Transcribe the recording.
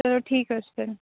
چلو ٹھیٖک حظ چھُ تیٚلہِ